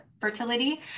fertility